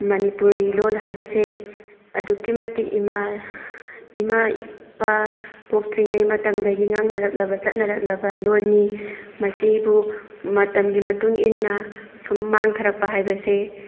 ꯃꯅꯤꯄꯨꯔꯤ ꯂꯣꯜ ꯍꯥꯏꯕꯁꯦ ꯑꯗꯨꯛꯀꯤ ꯃꯇꯤꯛ ꯏꯃꯥ ꯏꯃꯥ ꯏꯄꯥ ꯄꯣꯛꯇ꯭ꯔꯤꯉꯩ ꯃꯇꯝꯗꯒꯤ ꯉꯥꯡꯅꯔꯛꯂꯕ ꯆꯠꯅꯔꯛꯂꯕ ꯂꯣꯜꯅꯤ ꯃꯁꯤꯕꯨ ꯃꯇꯝꯒꯤ ꯃꯇꯨꯡ ꯏꯟꯅ ꯁꯨꯝ ꯃꯥꯡꯊꯔꯛꯄ ꯍꯥꯏꯕꯁꯦ